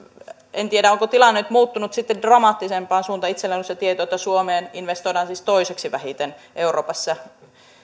en tiedä onko tilanne muuttunut sitten dramaattisempaan suuntaan itselläni on se tieto että suomeen investoidaan toiseksi vähiten euroopassa